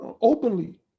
openly